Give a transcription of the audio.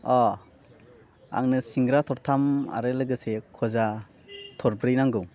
अह आंनो सिंग्रा थरथाम आरो लोगोसे खजा थरब्रै नांगौ